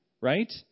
right